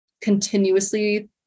continuously